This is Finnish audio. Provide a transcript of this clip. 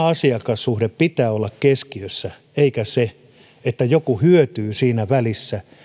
asiakassuhteen pitää olla keskiössä eikä sen että joku hyötyy siinä välissä